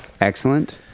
Excellent